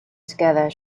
together